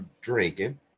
drinking